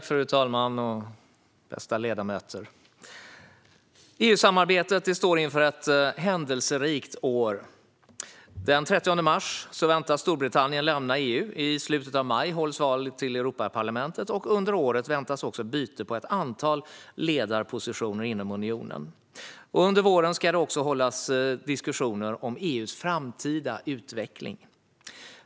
Fru talman! Bästa ledamöter! EU-samarbetet står inför ett händelserikt år. Den 30 mars väntas Storbritannien lämna EU. I slutet av maj hålls valet till Europaparlamentet. Under året väntas byte på ett antal ledarpositioner inom unionen. Under våren ska det också hållas diskussioner om EU:s framtida utveckling.